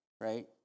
right